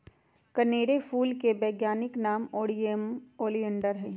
कनेर फूल के वैज्ञानिक नाम नेरियम ओलिएंडर हई